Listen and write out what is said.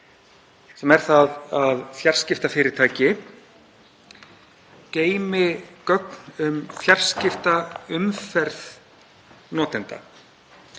sem er það að fjarskiptafyrirtæki geymi gögn um fjarskiptaumferð notenda.